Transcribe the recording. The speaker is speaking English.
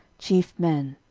chief men.